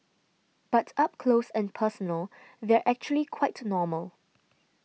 but up close and personal they're actually quite normal